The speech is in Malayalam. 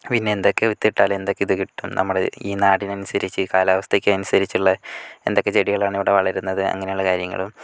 പിന്നെ എന്തൊക്കെ വിത്തിട്ടാൽ എന്തൊക്കെ ഇത് കിട്ടും നമ്മൾ ഈ നാടിന് അനുസരിച്ച് കാലാവസ്ഥയ്ക്ക് അനുസരിച്ചുള്ള എന്തൊക്കെ ചെടികളാണ് ഇവിടെ വളരുന്നത് അങ്ങനെയുള്ള കാര്യങ്ങളും